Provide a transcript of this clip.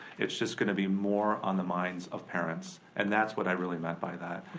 it's just gonna be more on the minds of parents. and that's what i really meant by that.